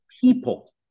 people